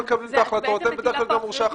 מקבלים את ההחלטות ובדרך כלל הם גם מורשי החתימה.